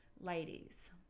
Ladies